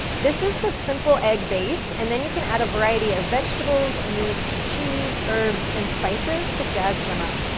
this is the simple egg base, and then you can add a variety of vegetables, meats, cheese, herbs, and spices to jazz them up.